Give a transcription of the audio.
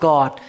God